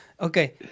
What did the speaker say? okay